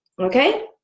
Okay